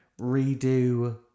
redo